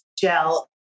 gel